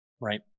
right